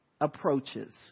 approaches